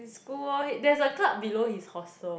in school orh there's a club below his hostel